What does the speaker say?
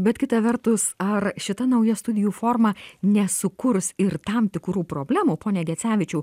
bet kita vertus ar šita nauja studijų forma nesukurs ir tam tikrų problemų pone gecevičiau